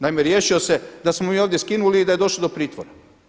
Naime, riješio se da smo mi ovdje skinuli i da je došlo do pritvora.